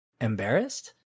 embarrassed